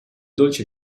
dolce